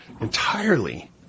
entirely